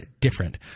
different